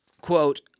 quote